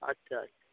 अच्छा अच्छा